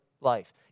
life